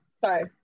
sorry